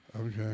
Okay